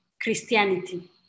Christianity